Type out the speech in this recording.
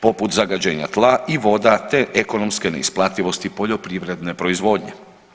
Poput zagađenja tla i voda te ekonomske neisplativosti poljoprivredne proizvodnje.